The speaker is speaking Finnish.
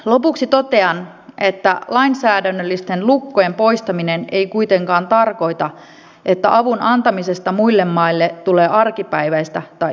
lopuksi totean että lainsäädännöllisten lukkojen poistaminen ei kuitenkaan tarkoita että avun antamisesta muille maille tulee arkipäiväistä tai itsestäänselvää